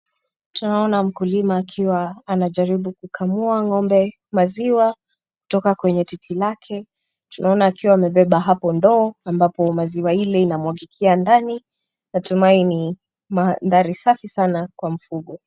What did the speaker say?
Twaona mkulima akiwa anajaribu kakamua ng'ombe maziwa kutoka kwenye titi lake. Tunaona akiwa amebeba hapo ndoo ambapo maziwa ile inamwagikia ndani. Natumaini mandhari safi sana kwa mfugo.